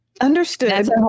Understood